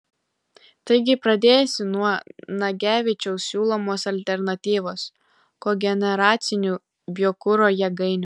taigi pradėsiu nuo nagevičiaus siūlomos alternatyvos kogeneracinių biokuro jėgainių